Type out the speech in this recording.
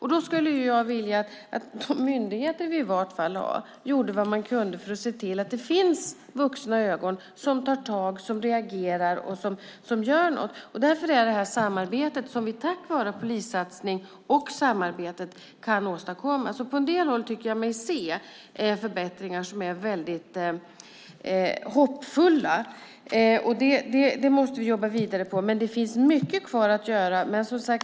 Jag skulle vilja att de myndigheter vi har gjorde vad de kunde för att se till att det finns vuxna ögon och där någon tar tag, reagerar och som gör något. Därför är samarbetet viktigt som vi kan åstadkomma tack vare polissatsningen. På en del håll tycker jag mig se förbättringar som är väldigt hoppfulla. Det måste vi jobba vidare på. Men det finns mycket kvar att göra.